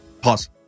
Pause